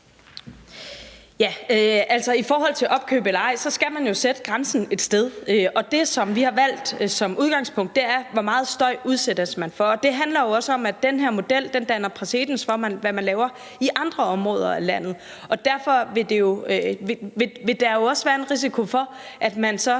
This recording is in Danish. I forhold til opkøb eller ej skal man jo sætte grænsen et sted, og det, som vi har valgt som udgangspunkt, er, hvor meget støj man udsættes for. Og det handler jo også om, at den her model danner præcedens for, hvad man laver i andre områder af landet. Derfor vil der jo også være en risiko for, at man så